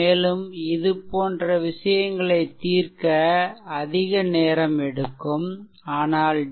மேலும் இதுபோன்ற விஷயங்களைத் தீர்க்க அதிக நேரம் எடுக்கும் ஆனால் டி